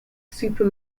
super